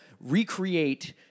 recreate